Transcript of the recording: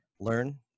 Learn